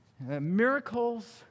Miracles